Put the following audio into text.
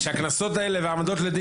איך את אומרת לי שהקבוצות משלמות מחיר?